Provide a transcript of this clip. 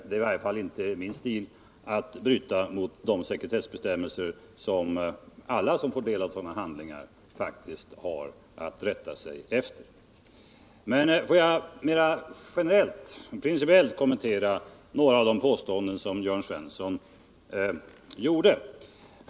Det är i varje fall inte min stil att bryta mot de sekretessbestämmelser som alla som får del av sådana handlingar faktiskt har att rätta sig efter. Men låt mig därför bara rent principiellt kommentera några av de påståenden som Jörn Svensson gjorde.